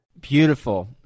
Beautiful